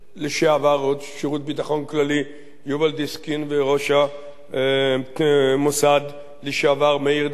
ביטחון כללי לשעבר יובל דיסקין וראש המוסד לשעבר מאיר דגן,